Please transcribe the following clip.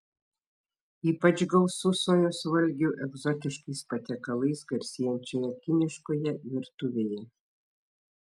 ypač gausu sojos valgių egzotiškais patiekalais garsėjančioje kiniškoje virtuvėje